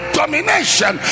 domination